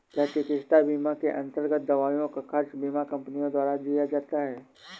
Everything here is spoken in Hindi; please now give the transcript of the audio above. क्या चिकित्सा बीमा के अन्तर्गत दवाइयों का खर्च बीमा कंपनियों द्वारा दिया जाता है?